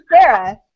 Sarah